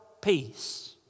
peace